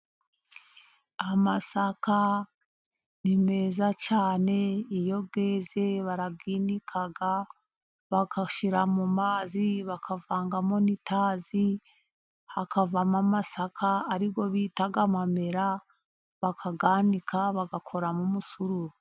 Amasaka ni meza cyane iyo yeze barayinika, bagashyira mu mazi, bakavangamo n'itazi, hakavamo amasaka ari yo bita amamera bakayanika bagakoramo umusururu.